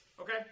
Okay